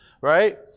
Right